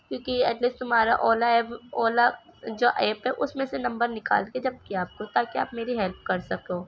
کیونکہ ایٹلسٹ تمہارا اولا ایپ اولا جو ایپ ہے اس میں سے نمبر نکال کے جب کیا آپ کو تاکہ آپ میری ہیلپ کر سکو